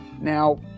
Now